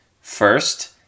first